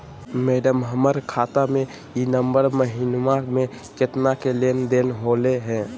madam, हमर खाता में ई नवंबर महीनमा में केतना के लेन देन होले है